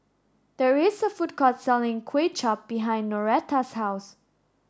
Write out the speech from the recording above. there is a food court selling Kway Chap behind Noreta's house